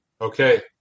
Okay